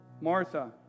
Martha